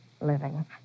Living